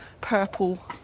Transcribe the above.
purple